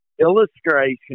illustration